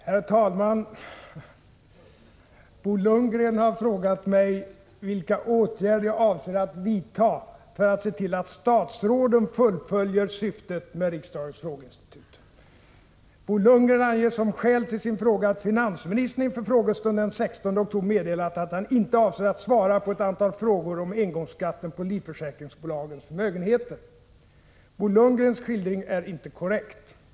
Herr talman! Bo Lundgren har frågat mig vilka åtgärder jag avser vidta för att se till att statsråden fullföljer syftet med riksdagens frågeinstitut. Bo Lundgren anger som skäl till sin fråga att finansministern inför frågestunden den 16 oktober meddelat ”att han inte avser att svara” på ett antal frågor om engångsskatten på livförsäkringsbolagens förmögenheter. Bo Lundgrens skildring är inte korrekt.